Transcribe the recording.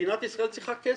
מדינת ישראל צריכה כסף.